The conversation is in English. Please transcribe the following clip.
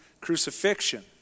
crucifixion